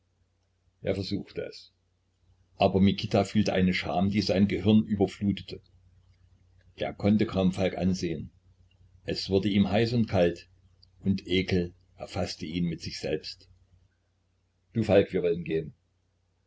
er versuchte es aber mikita fühlte eine scham die sein gehirn überflutete er konnte kaum falk ansehen es wurde ihm heiß und kalt und ekel erfaßte ihn mit sich selbst du falk wir wollen gehen